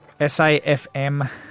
SAFM